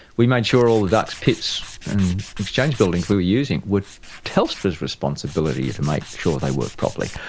we made sure all the ducts, pits and exchange buildings we were using were telstra's responsibility to make sure they work properly.